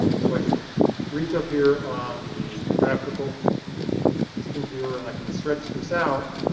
so i can reach up here on the graphical sequence viewer and i can stretch this out,